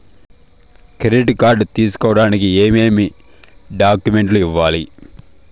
credit card తీసుకోడానికి ఏమేమి డాక్యుమెంట్లు ఇవ్వాలి